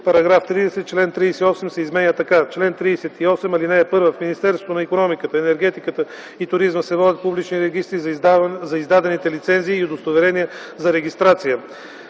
§ 30: „§ 30. Член 38 се изменя така: „Чл. 38. (1) В Министерството на икономиката, енергетиката и туризма се водят публични регистри за издадените лицензии и удостоверения за регистрация.